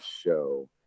show